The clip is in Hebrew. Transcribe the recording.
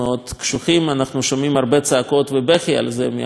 אנחנו שומעים הרבה צעקות ובכי על זה מהכיוון של בז"ן,